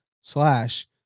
slash